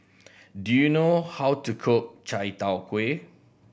do you know how to cook Chai Tow Kuay